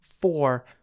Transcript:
four